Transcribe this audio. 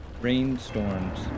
Rainstorms